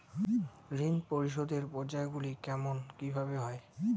ঋণ পরিশোধের পর্যায়গুলি কেমন কিভাবে হয়?